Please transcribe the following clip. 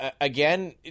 again